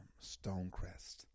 Stonecrest